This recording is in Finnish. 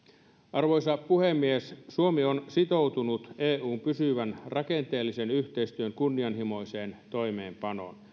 arvoisa puhemies suomi on sitoutunut eun pysyvän rakenteellisen yhteistyön kunnianhimoiseen toimeenpanoon